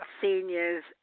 seniors